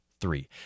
three